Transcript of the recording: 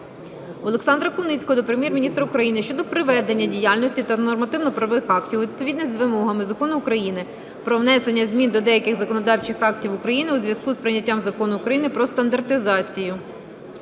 Олександра Куницького до Прем'єр-міністра України щодо приведення діяльності та нормативно-правових актів у відповідність з вимогами Закону України про внесення змін до деяких законодавчих актів України у зв'язку з прийняттям Закону України "Про стандартизацію".